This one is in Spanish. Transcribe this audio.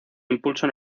impulso